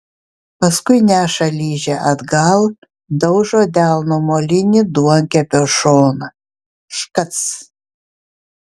paskui neša ližę atgal daužo delnu molinį duonkepio šoną škac